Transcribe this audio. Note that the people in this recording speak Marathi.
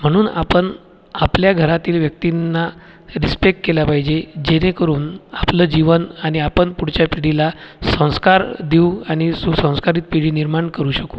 म्हणून आपण आपल्या घरातील व्यक्तींना रिस्पेक्ट केला पाहिजे जेणेकरून आपलं जीवन आणि आपण पुढच्या पिढीला संस्कार देऊ आणि सुसंस्कारित पिढी निर्माण करू शकू